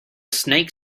snake